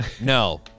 No